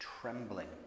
Trembling